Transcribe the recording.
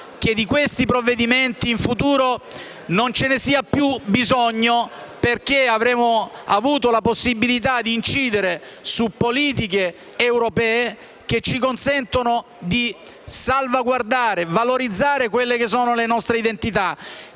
che di questi provvedimenti in futuro non ci sia più bisogno, perché avremo avuto la possibilità di incidere su politiche europee che ci consentono di salvaguardare e valorizzare le nostre identità